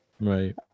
Right